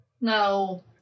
No